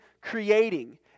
creating